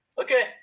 Okay